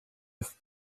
ist